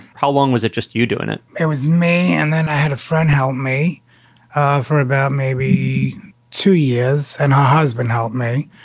how long was it just you doing it? it was me. and then i had a friend help me ah for about maybe two years. and her husband helped me.